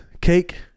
cake